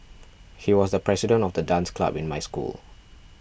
he was the president of the dance club in my school